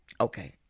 Okay